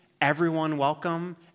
everyone-welcome